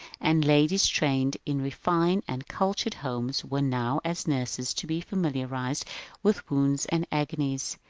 and ladies trained in refined and cultured homes were now as nurses to be familiarised with wounds and agonies.